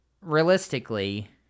realistically